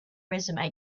resume